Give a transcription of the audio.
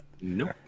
Nope